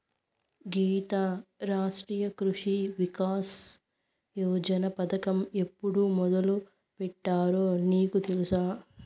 గీతా, రాష్ట్రీయ కృషి వికాస్ యోజన పథకం ఎప్పుడు మొదలుపెట్టారో నీకు తెలుసా